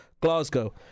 Glasgow